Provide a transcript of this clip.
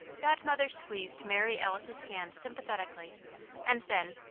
godmother squeezed mary alice's hand sympathetically and then,